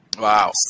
wow